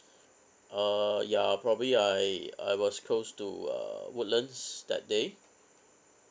uh ya probably I I was close to uh woodlands that day